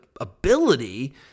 ability